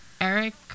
Eric